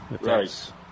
Right